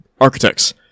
architects